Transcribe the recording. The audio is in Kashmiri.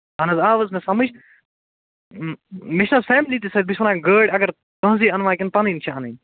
اَہَن حظ آو حظ مےٚ سمجھ مےٚ چھِ نہَ حظ فیملی تہِ سۭتۍ بہٕ چھُس وَنان گٲڑ اگر تُہٕنٛزٕے انوا کِنہٕ پنٕنۍ چھِ اَنٕنۍ